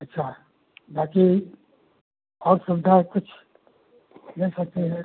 अच्छा बाकी और सुविधा है कुछ ले सकते हैं